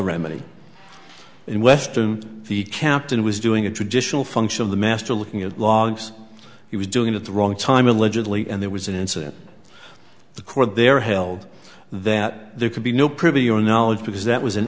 remedy in western the captain was doing a traditional function of the master looking at logs he was doing at the wrong time allegedly and there was an incident the court there held that there could be no privy your knowledge because that was